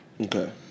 Okay